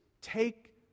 take